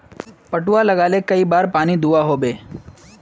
पटवा लगाले कई बार पानी दुबा होबे?